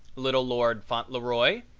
little lord fauntleroy,